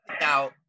Now